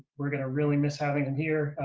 we're going to really miss having him here.